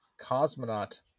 cosmonaut